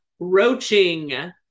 roaching